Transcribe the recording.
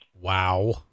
Wow